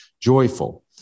joyful